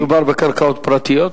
מדובר בקרקעות פרטיות?